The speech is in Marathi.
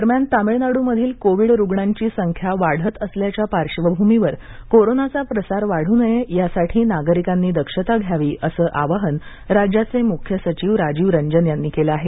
दरम्यान तामिळनाडूमधील कोविड रुग्णांची संख्या वाढत असल्याच्या पार्श्वभूमीवर कोरोनाचा प्रसार वाढू नये यासाठी नागरिकांनी दक्षता घ्यावी असं आवाहन राज्याचे मुख्य सचिव राजीव रंजन यांनी केलं आहे